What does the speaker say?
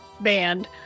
band